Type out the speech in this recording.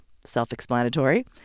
self-explanatory